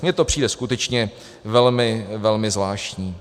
Mně to přijde skutečně velmi zvláštní.